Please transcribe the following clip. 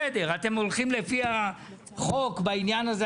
אתם הולכים לפי החוק בעניין הזה?